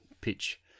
pitch